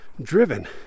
driven